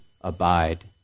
abide